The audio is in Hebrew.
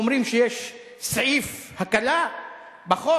אומרים שיש סעיף הקלה בחוק,